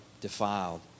defiled